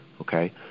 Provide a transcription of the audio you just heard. okay